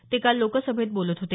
ते काल लोकसभेत बोलत होते